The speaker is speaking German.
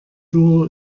duo